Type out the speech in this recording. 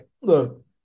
look